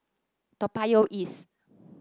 Toa Payoh East